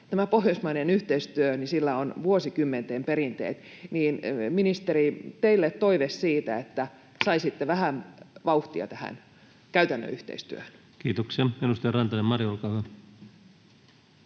tällä Pohjoismaisella yhteistyöllä on vuosikymmenten perinteet, joten, ministeri, teille toive siitä, että saisitte vähän vauhtia tähän käytännön yhteistyöhön. Kiitoksia. — Edustaja Rantanen, Mari, olkaa hyvä.